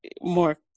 more